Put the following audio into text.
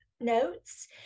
notes